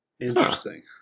Interesting